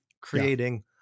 creating